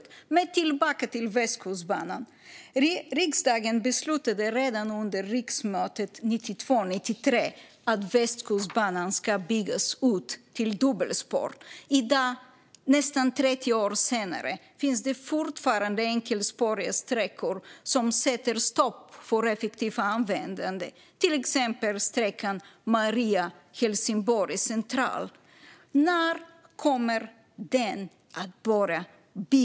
Men låt mig gå tillbaka till Västkustbanan. Riksdagen beslutade redan under riksmötet 1992/93 att Västkustbanan skulle byggas ut till dubbelspår. I dag nästan 30 år senare finns fortfarande enkelspåriga sträckor som sätter stopp för effektiv användning, till exempel sträckan Maria-Helsingborgs centralstation. När kommer den att börja byggas?